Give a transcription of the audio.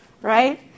right